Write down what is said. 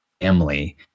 Emily